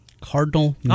Cardinal